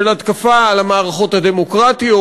של התקפה על המערכות הדמוקרטיות,